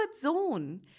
zone